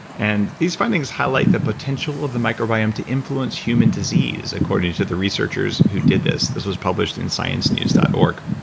and these findings highlight the potential of the microbiome to influence human disease according to the researchers who did this. this was published in sciencenews dot org.